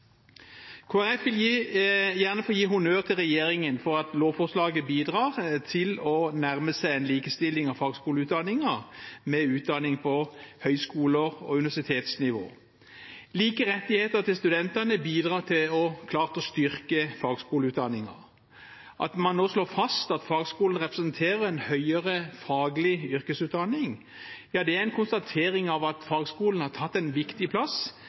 gjerne få gi honnør til regjeringen for at lovforslaget bidrar til å nærme seg en likestilling av fagskoleutdanningen med utdanning på høyskole- og universitetsnivå. Like rettigheter til studentene bidrar klart til å styrke fagskoleutdanningen. At man nå slår fast at fagskolene representerer en høyere faglig yrkesutdanning, er en konstatering av at fagskolene har tatt en viktig plass